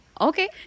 Okay